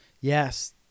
Yes